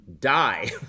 die